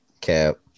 Cap